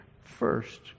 first